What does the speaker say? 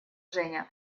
женя